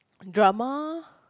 drama